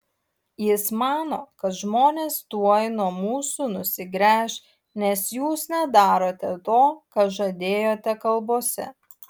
jis mano kad žmonės tuoj nuo mūsų nusigręš nes jūs nedarote to ką žadėjote kalbose